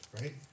right